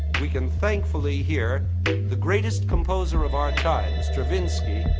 we can thankfully hear the greatest composer of our time, stravinsky,